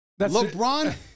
LeBron